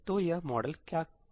तो यह मॉडल क्या कहता है